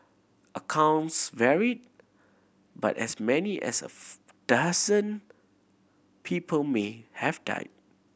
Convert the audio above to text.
accounts varied but as many as a dozen people may have died